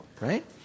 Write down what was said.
right